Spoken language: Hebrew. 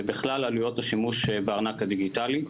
ובכלל עלויות השימוש בארנק הדיגיטלי.